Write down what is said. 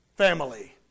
family